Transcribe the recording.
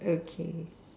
okay